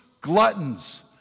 gluttons